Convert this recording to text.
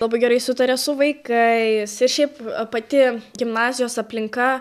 labai gerai sutaria su vaikais ir šiaip pati gimnazijos aplinka